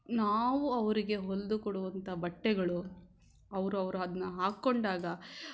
ನಾವು ಅವರಿಗೆ ಹೊಲಿದು ಕೊಡುವಂತಹ ಬಟ್ಟೆಗಳು ಅವರು ಅವರು ಅದನ್ನ ಹಾಕ್ಕೊಂಡಾಗ